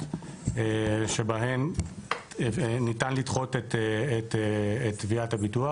שבהן ניתן לדחות את תביעת הביטוח.